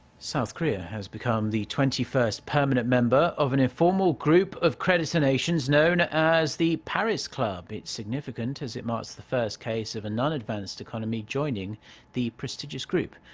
south korea has become the twenty-first permanent member of an informal group of creditor nations known as the paris club. it's significant as it marks the first case of a non-advanced economy joining the prestigious group.